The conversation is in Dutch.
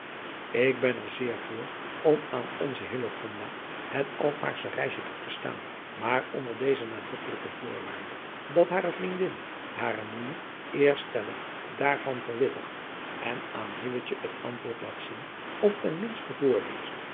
ik ben er zeer voor om aan onze hillegonda het alkmaarsche reisje toe te staan maar onder deze nadrukkelijke voorwaarde dat hare vriendin hare moeije eerst stellig daar van verwittigt en aan hilletje het antwoord laat zien of ten minste voorleest